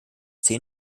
zehn